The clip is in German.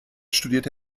studierte